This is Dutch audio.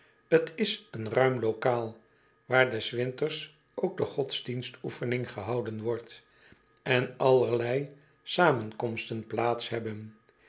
t is een ruim lokaal waar des winters ook de godsdienstoefening gehouden wordt en allerlei zamenkomsten plaats hebben